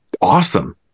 awesome